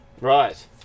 right